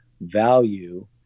value